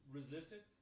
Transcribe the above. resisted